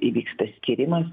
įvyksta skyrimas